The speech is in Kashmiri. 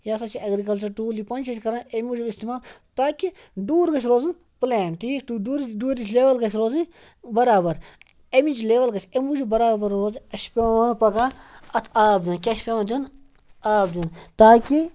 یہِ ہَسا چھِ ایٚگرِکَلچَر ٹوٗل یہِ پَنٛجہِ چھِ أسۍ کَران امہِ موٗجوٗب اِستعمال تاکہِ ڈوٗر گَژھِ روزُن پٕلین ٹھیٖک ڈوٗرِس ڈوٗرِچ لیوَل گَژھِ روزٕنۍ بَرابَر اَمِچ لٮ۪وَل گَژھِ اَمہِ موٗجوٗب بَرابَر روزِ اَسہِ چھِ پٮ۪وان پَگان اَتھ آب دِیُن کیٛاہ چھِ پٮ۪وان دِیُن آب دیُن تاکہِ